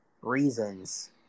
reasons